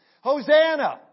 Hosanna